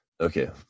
okay